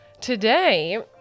Today